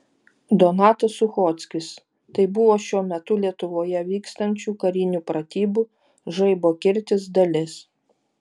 donatas suchockis tai buvo šiuo metu lietuvoje vykstančių karinių pratybų žaibo kirtis dalis